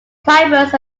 climbers